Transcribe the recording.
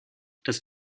dass